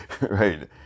right